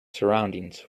surroundings